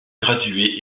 graduée